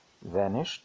vanished